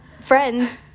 friends